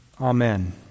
Amen